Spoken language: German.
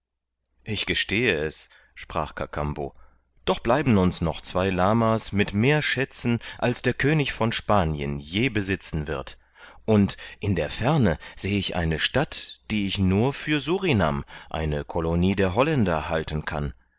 ich gestehe es sprach kakambo doch bleiben uns noch zwei lama's mit mehr schätzen als der könig von spanien je besitzen wird und in der ferne sehe ich eine stadt die ich nur für surinam eine kolonie der holländer halten kann